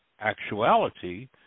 actuality